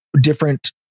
different